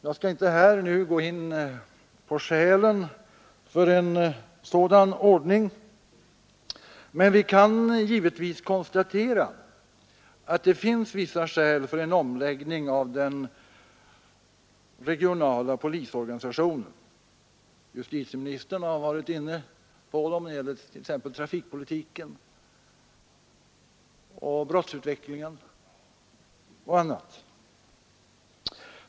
Jag skall inte här och nu gå in på skälen för en sådan ordning, men vi kan givetvis konstatera att det finns vissa skäl för en omläggning av den regionala polisorganisationen. Justitieministern har varit inne på den; det gäller trafikpolitiken, brottsutvecklingen och annat.